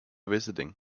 visiting